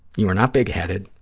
you are not big-headed,